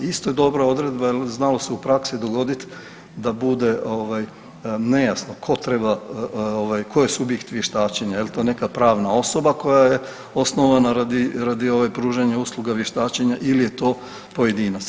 Isto je dobra odredba, jer znalo se u praksi dogoditi da bude nejasno tko treba, tko je subjekt vještačenja je li to neka pravna osoba koja je osnovana radi pružanja usluga vještačenja ili je to pojedinac.